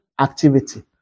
activity